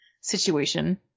situation